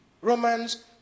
Romans